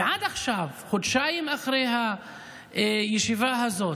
ועד עכשיו, חודשיים אחרי הישיבה הזאת,